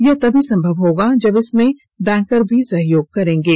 यह तभी संभव होगा जब इसमें बैंकर ही सहयोग करेंगे